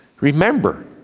Remember